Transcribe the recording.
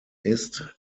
ist